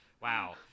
Wow